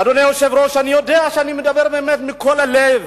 אדוני היושב-ראש, אני מדבר מכל הלב.